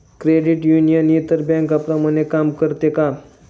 Credit union इतर बँकांप्रमाणे काम करते का?